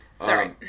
Sorry